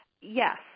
Yes